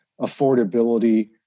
affordability